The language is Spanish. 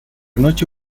noche